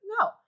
no